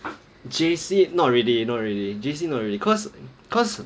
J_C not really not really J_C not really cause cause